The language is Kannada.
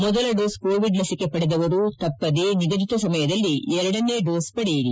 ಮೊದಲ ಡೋಸ್ ಕೋವಿಡ್ ಲಸಿಕೆ ಪಡೆದವರು ತಪ್ಪದೇ ನಿಗದಿತ ಸಮಯದಲ್ಲಿ ಎರಡನೇ ಡೋಸ್ ಪಡೆಯಿರಿ